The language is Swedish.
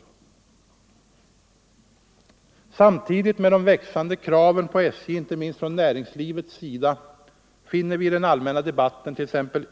Jo, samtidigt med de växande kraven på SJ — inte minst från näringslivets sida — finner man i den allmänna debatten